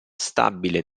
stabile